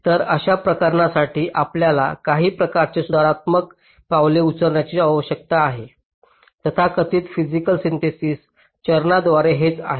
तर अशा प्रकरणांसाठी आपल्याला काही प्रकारचे सुधारात्मक पावले उचलण्याची आवश्यकता आहे तथाकथित फिसिकल सिन्थेसिस चरणांद्वारे हेच आहे